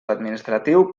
administratiu